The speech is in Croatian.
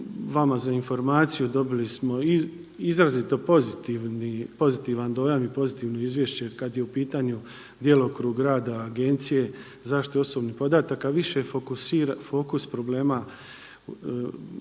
Vama za informaciju, dobili smo izrazito pozitivan dojam i pozitivno izvješće kada je u pitanju djelokrug rada Agencije za zaštitu osobnih podataka, više fokus problema